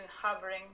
hovering